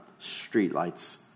streetlights